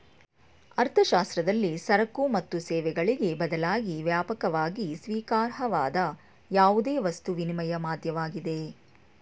ಅರ್ಥಶಾಸ್ತ್ರದಲ್ಲಿ ಸರಕು ಮತ್ತು ಸೇವೆಗಳಿಗೆ ಬದಲಾಗಿ ವ್ಯಾಪಕವಾಗಿ ಸ್ವೀಕಾರಾರ್ಹವಾದ ಯಾವುದೇ ವಸ್ತು ವಿನಿಮಯ ಮಾಧ್ಯಮವಾಗಿದೆ